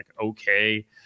okay